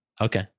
Okay